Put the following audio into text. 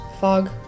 fog